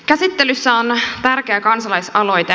käsittelyssä on tärkeä kansalais aloite